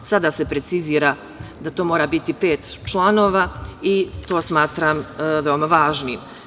Sada se precizira da to mora biti pet članova i to smatram veoma važnim.